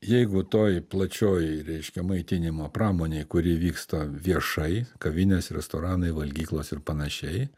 jeigu toj plačioj reiškia maitinimo pramonėj kuri vyksta viešai kavinės restoranai valgyklos ir panašiai